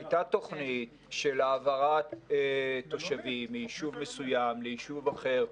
הייתה תוכנית של העברת תושבים מיישוב מסוים ליישוב אחר,